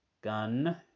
Gun